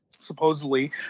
supposedly